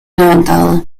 levantada